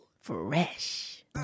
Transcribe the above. Fresh